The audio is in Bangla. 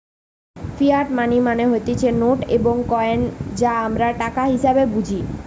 ফিয়াট মানি মানে হতিছে নোট এবং কইন যা আমরা টাকা হিসেবে বুঝি